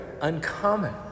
uncommon